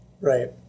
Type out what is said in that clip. Right